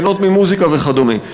ליהנות ממוזיקה וכדומה.